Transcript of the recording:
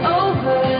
over